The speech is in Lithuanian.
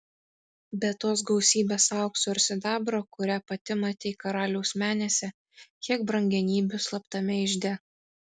be tos gausybės aukso ir sidabro kurią pati matei karaliaus menėse kiek brangenybių slaptame ižde